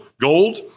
gold